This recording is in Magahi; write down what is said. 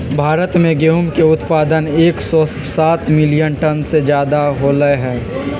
भारत में गेहूं के उत्पादन एकसौ सात मिलियन टन से ज्यादा होलय है